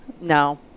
no